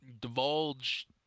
divulge